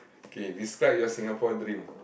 okay describe your Singapore dream